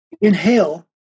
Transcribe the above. inhale